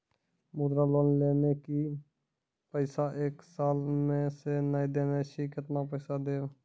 मुद्रा लोन लेने छी पैसा एक साल से ने देने छी केतना पैसा देब?